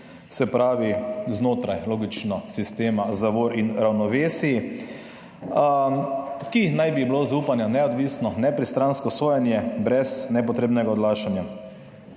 se pravi znotraj, logično, sistema zavor in ravnovesij, in naj bi bilo zaupanja [vredno], neodvisno, nepristransko sojenje brez nepotrebnega odlašanja.